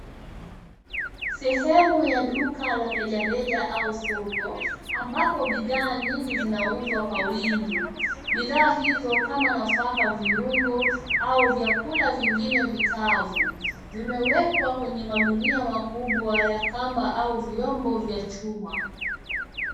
Sehemu la duka la rejareja au soko, ambapo bidhaa nyingi zinauzwa kwa wingi. Bidhaa hizo kama nafaka viungo au vyakula vingine vikavu, vimewekwa kwenye magunia makubwa ya kamba au vyombo vya chuma.